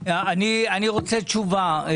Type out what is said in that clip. אני רוצה תשובה.